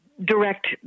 direct